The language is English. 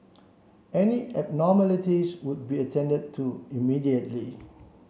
any abnormalities would be attended to immediately